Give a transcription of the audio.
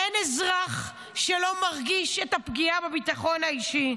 אין אזרח שלא מרגיש את הפגיעה בביטחון האישי,